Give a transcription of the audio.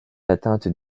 atteinte